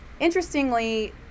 Interestingly